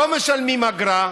לא משלמים אגרה.